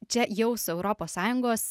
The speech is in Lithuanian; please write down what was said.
čia jau su europos sąjungos